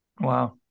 Wow